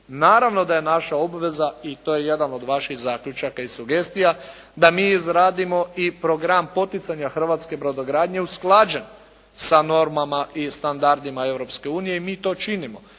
Naravno da je naša obveza i to je jedan od vaših zaključaka i sugestija da mi izradimo i program poticanja hrvatske brodogradnje usklađen sa normama i standardima Europske unije i mi to činimo.